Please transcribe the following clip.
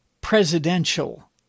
presidential